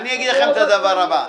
אני אגיד לכם את הדבר הבא.